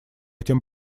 этим